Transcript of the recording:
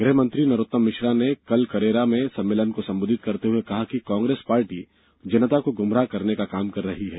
गृहमंत्री नरोत्तम मिश्रा ने कल करेरा में सम्मेलन को संबोधित करते हुए कहा कि कांग्रेस पार्टी जनता को गुमराह करने का काम कर रही है